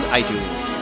iTunes